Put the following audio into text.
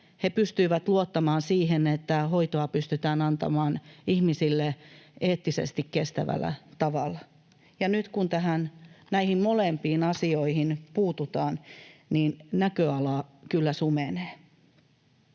he pystyivät luottamaan siihen, että hoitoa pystytään antamaan ihmisille eettisesti kestävällä tavalla. Ja nyt kun näihin molempiin asioihin puututaan, niin näköala kyllä sumenee.